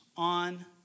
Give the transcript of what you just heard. on